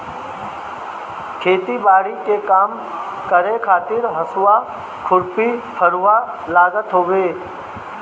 खेती बारी के काम करे खातिर हसुआ, खुरपी, फरुहा लागत हवे